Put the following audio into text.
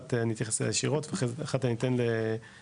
אחת אני אתייחס ישירות ואחת אני אתן לעורך